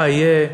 מה יהיה.